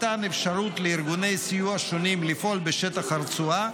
מתן אפשרות לארגוני סיוע שונים לפעול בשטח הרצועה,